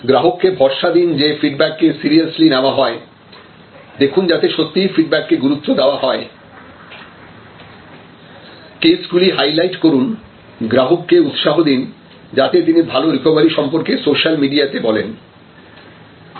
গ্রাহককে ভরসা দিন যে ফিডব্যাক কে সিরিয়াসলি নেওয়া হয় দেখুন যাতে সত্যিই ফিডব্যাক কে গুরুত্ব দেওয়া হয় কেস গুলি হাইলাইট করুনগ্রাহককে উৎসাহ দিন যাতে তিনি ভালো রিকভারি সম্পর্কে সোশ্যাল মিডিয়াতে বলেন